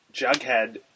Jughead